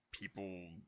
people